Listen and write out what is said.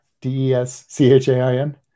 D-E-S-C-H-A-I-N